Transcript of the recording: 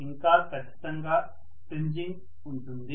ఇంకా ఖచ్చితంగా ప్రింజింగ్ ఉంటుంది